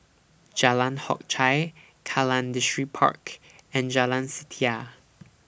Jalan Hock Chye Kallang Distripark and Jalan Setia